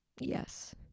Yes